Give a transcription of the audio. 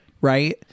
Right